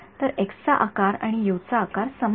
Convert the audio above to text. तर एक्सचा आकार आणि यु चा आकार समान आहे